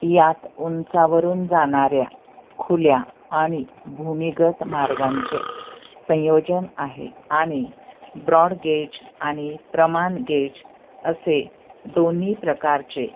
यात उंचावरून जाणाऱ्या खुल्या आणि भूमिगत मार्गांचे संयोजन आहे आणि ब्रॉड गेज आणि प्रमाण गेज असे दोन्ही प्रकारचे